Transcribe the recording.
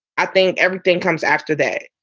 i think everything comes after that.